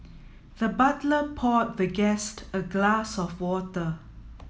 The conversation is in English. the butler poured the guest a glass of water